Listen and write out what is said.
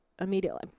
immediately